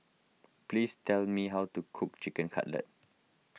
please tell me how to cook Chicken Cutlet